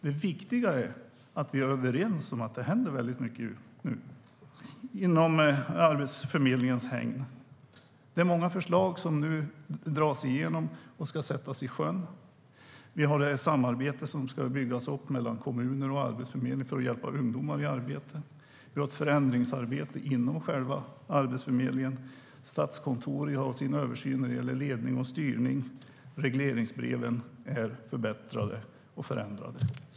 Det viktiga är att vi är överens om att det händer mycket nu inom Arbetsförmedlingens hägn. Det är många förslag som ska sättas i sjön. Ett samarbete ska byggas upp mellan kommuner och Arbetsförmedlingen för att hjälpa ungdomar i arbete. Det råder ett förändringsarbete inom själva Arbetsförmedlingen. Statskontoret gör sin översyn av ledning och styrning. Regleringsbreven är förbättrade och förändrade.